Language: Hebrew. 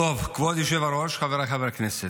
כבוד היושב-ראש, חבריי חברי הכנסת,